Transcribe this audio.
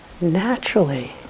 naturally